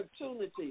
opportunity